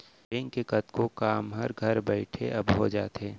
bank के कतको काम हर घर बइठे अब हो जाथे